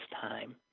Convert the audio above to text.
time